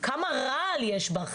כמה רעל יש בך?